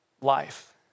life